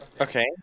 Okay